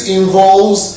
involves